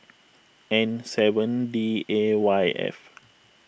N seven D A Y F